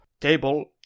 table